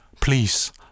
Please